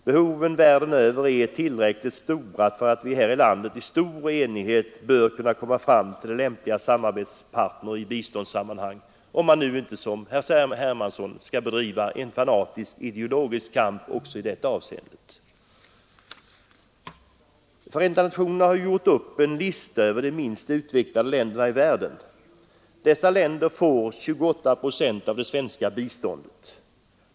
Behoven världen över är tillräckligt stora för att vi här i landet i stor enighet bör kunna komma fram till lämpliga samarbetspartner i biståndssammanhang — om man inte som herr Hermansson skall bedriva en fanatisk ideologisk kamp också i det avseendet. FN har gjort upp en lista över de minst utvecklade länderna i världen. Dessa länder får 28 procent av det svenska biståndet.